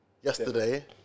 Yesterday